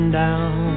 down